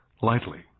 lightly